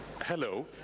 hello